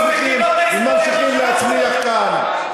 שאתם מצמיחים וממשיכים להצמיח כאן,